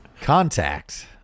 Contact